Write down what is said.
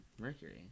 Mercury